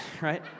Right